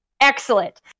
excellent